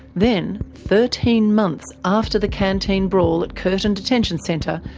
then, thirteen months after the canteen brawl at curtin detention centre,